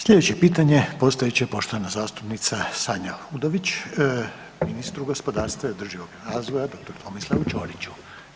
Sljedeće pitanje postavit će poštovana zastupnica Sanja Udović ministru gospodarstva i održivog razvoja, dr. Tomislavu Čoriću.